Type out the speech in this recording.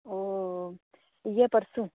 ओह् इ'यै परसों